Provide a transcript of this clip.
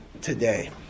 today